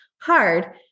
hard